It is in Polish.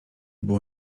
było